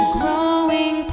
growing